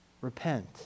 Repent